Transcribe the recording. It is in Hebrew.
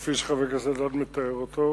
כפי שחבר הכנסת אלדד מתאר אותו,